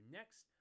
next